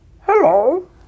Hello